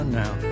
now